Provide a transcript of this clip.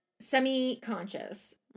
semi-conscious